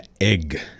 egg